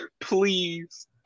Please